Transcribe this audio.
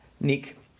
Nick